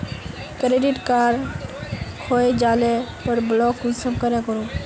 Credit card खोये जाले पर ब्लॉक कुंसम करे करूम?